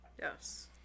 Yes